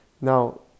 Now